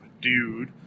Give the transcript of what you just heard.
dude